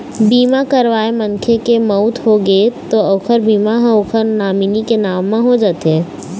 बीमा करवाए मनखे के मउत होगे त ओखर बीमा ह ओखर नामनी के नांव म हो जाथे